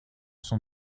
son